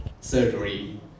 surgery